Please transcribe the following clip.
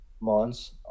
months